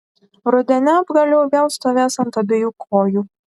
rudeniop gal jau vėl stovės ant abiejų kojų